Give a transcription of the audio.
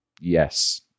Yes